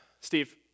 Steve